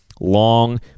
Long